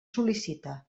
sol·licita